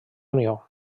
unió